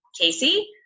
Casey